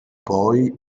poi